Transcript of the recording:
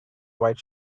white